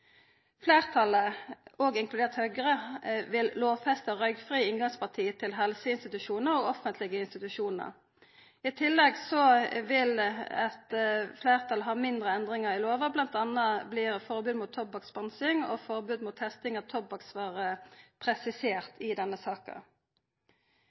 Fleirtalet, òg inkudert Høgre, vil lovfesta røykfrie inngangsparti til helseinstitusjonar og offentlege institusjonar. I tillegg vil eit fleirtal ha mindre endringar i lova, bl.a. blir forbod mot tobakkssponsing og forbod mot testing av tobakksvarer